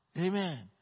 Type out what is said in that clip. Amen